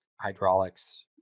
hydraulics